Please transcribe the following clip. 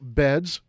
beds